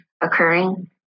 occurring